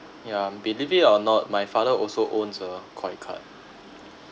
yeah believe it or not my father also owns a Koi card